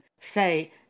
say